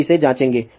हम इसे जाँचेंगे